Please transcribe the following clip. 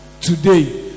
Today